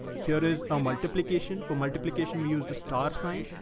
here is a multiplication. for multiplication, we use the star sign.